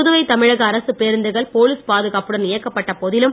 புதுவை தமிழக அரசுப் பேருந்துகள் போலீஸ் பாதுகாப்புடன் இயக்கப்பட்ட போதிலும்